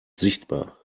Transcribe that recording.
sichtbar